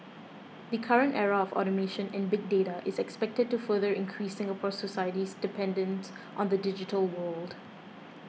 the current era of automation and big data is expected to further increase Singapore society's dependence on the digital world